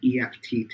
EFT